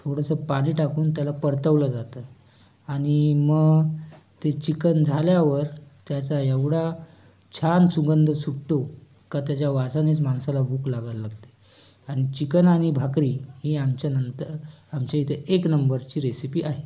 थोडंसं पाणी टाकून त्याला परतवलं जातं आणि मग ते चिकन झाल्यावर त्याचा एवढा छान सुगंध सुटतो का त्याच्या वासानेच माणसाला भूक लागायला लागते आणि चिकन आणि भाकरी यांच्यानंतर आमच्या इथे एक नंबरची रेसिपी आहे